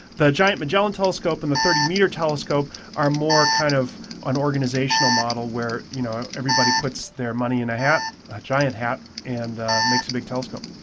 the giant magellan telescope and the thirty metre telescope are more kind of an organisational model where you know everybody puts their money in a hat, a giant hat, and makes a big telescope.